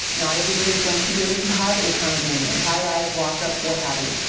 not everybody is going to be able to have a condominium. highrise, walk-up, what have you.